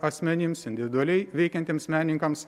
asmenims individualiai veikiantiems menininkams